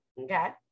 Okay